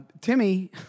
Timmy